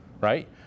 right